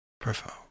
Profile